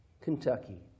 Kentucky